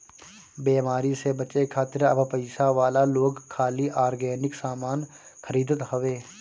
बेमारी से बचे खातिर अब पइसा वाला लोग खाली ऑर्गेनिक सामान खरीदत हवे